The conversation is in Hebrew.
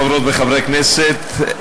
חברות וחברי הכנסת,